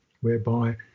whereby